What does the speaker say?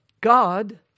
God